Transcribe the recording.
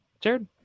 Jared